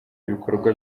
ibikorwa